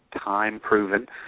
time-proven